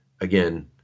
again